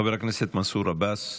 חבר הכנסת מנסור עבאס,